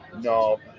no